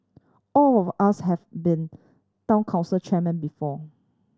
all of us have been Town Council chairmen before